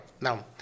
Now